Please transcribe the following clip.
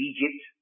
Egypt